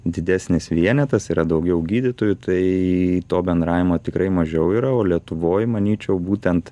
didesnis vienetas yra daugiau gydytojų tai to bendravimo tikrai mažiau yra o lietuvoj manyčiau būtent